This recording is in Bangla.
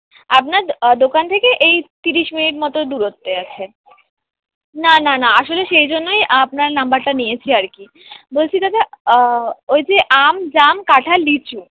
আপনার দোকান থেকে এই তিরিশ মিনিট মতো দূরত্বে আছে না না না আসলে সেই জন্যই আপনার নম্বরটা নিয়েছি আর কি বলছি দাদা ওই যে আম জাম কাঁঠাল লিচু